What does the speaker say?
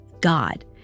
God